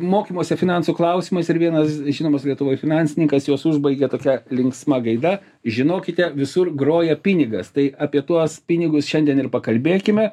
mokymuose finansų klausimais ir vienas žinomas lietuvoj finansininkas juos užbaigia tokia linksma gaida žinokite visur groja pinigas tai apie tuos pinigus šiandien ir pakalbėkime